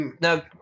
Now